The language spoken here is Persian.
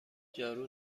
جارو